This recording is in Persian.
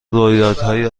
رویدادهای